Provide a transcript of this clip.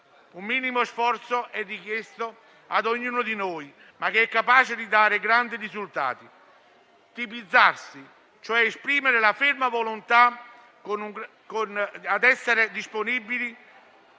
Un minimo sforzo è richiesto ad ognuno di noi, capace però di dare grandi risultati: tipizzarsi, cioè esprimere la ferma volontà ad essere disponibili